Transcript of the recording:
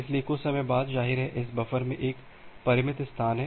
इसलिए कुछ समय बाद जाहिर है इस बफर में एक परिमित स्थान है